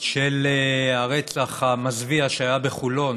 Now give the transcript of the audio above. של הרצח המזוויע שהיה בחולון